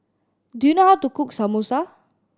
do you know how to cook Samosa